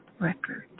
Records